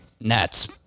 Nets